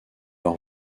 leur